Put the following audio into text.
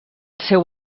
seu